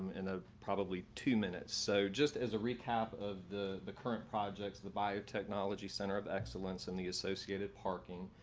in a probably two minutes so just as a recap of the the current projects the biotechnology center of excellence in the associated parking,